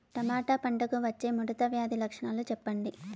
Tomato పంటకు వచ్చే ముడత వ్యాధి లక్షణాలు చెప్పండి?